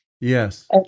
Yes